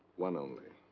one only.